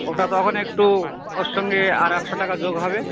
ওটা তখন একটু ওর সঙ্গে আর একশো টাকা যোগ হবে